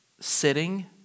sitting